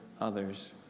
others